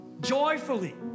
joyfully